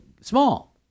small